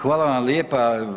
Hvala vam lijepa.